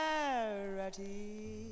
charity